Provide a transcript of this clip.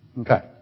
Okay